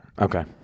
Okay